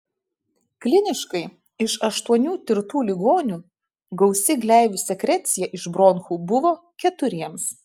kliniškai iš aštuonių tirtų ligonių gausi gleivių sekrecija iš bronchų buvo keturiems